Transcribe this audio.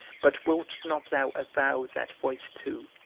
but wilt not thou avow that voice too,